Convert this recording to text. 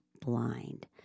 blind